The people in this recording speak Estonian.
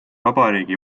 vabariigi